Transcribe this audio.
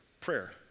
prayer